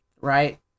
right